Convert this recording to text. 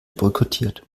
boykottiert